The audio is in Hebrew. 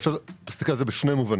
אפשר להסתכל על זה בשני מובנים.